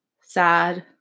sad